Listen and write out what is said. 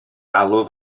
galw